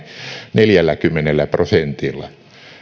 neljälläkymmenellä prosentilla